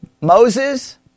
Moses